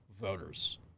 voters